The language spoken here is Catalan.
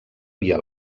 via